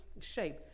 shape